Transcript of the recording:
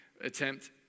attempt